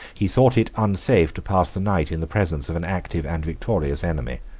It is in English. he thought it unsafe to pass the night in the presence of an active and victorious enemy.